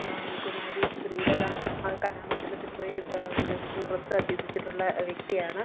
കുമാരി ശ്രീലത കലാമണ്ഡലത്തിൽ പോയി നൃത്തം അഭ്യസിച്ചിട്ടുള്ള വ്യക്തിയാണ്